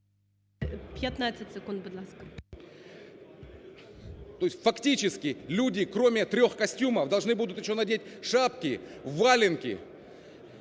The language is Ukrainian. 15 секунд, будь ласка.